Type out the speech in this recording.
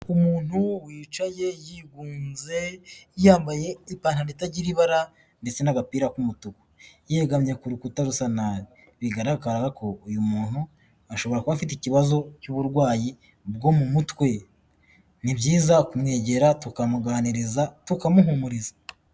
Umuntu wicaye yigunze, yambaye ipantaro itagira ibara ndetse n'agapira k'umutuku, yigamye ku rukuta rusa nabi bigaragara ko uyu muntu ashobora kuba afite ikibazo cy'uburwayi bwo mu mutwe, ni byiza kumwegera tukamuganiriza, tukamuhumuriza.